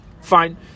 fine